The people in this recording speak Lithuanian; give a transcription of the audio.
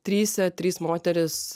tryse trys moterys